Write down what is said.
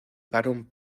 barón